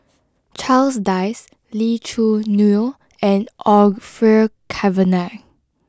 Charles Dyce Lee Choo Neo and Orfeur Cavenagh